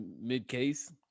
mid-case